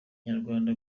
nyarwanda